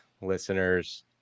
listeners